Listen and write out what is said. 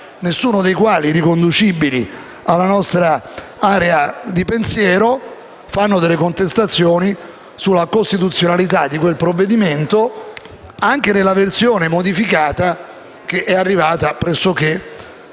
nessuno dei quali è riconducibile alla nostra area di pensiero, hanno avanzato delle contestazioni sulla costituzionalità di quel provvedimento, anche nella versione modificata che in quest'Aula è arrivata pressoché